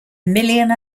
million